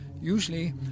Usually